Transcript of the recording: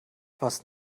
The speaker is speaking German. was